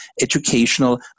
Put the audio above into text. educational